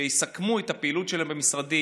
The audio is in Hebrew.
שיסכמו את הפעילות שלהם במשרדים